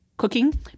cooking